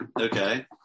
Okay